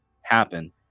happen